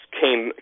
came